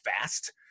fast